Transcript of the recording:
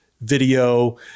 video